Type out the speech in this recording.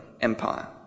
Empire